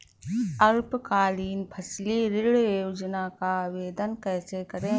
अल्पकालीन फसली ऋण योजना का आवेदन कैसे करें?